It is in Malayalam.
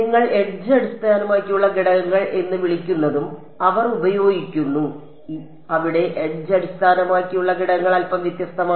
നിങ്ങൾ എഡ്ജ് അടിസ്ഥാനമാക്കിയുള്ള ഘടകങ്ങൾ എന്ന് വിളിക്കുന്നതും അവർ ഉപയോഗിക്കുന്നു അവിടെ എഡ്ജ് അടിസ്ഥാനമാക്കിയുള്ള ഘടകങ്ങൾ അല്പം വ്യത്യസ്തമാണ്